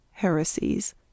heresies